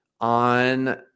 on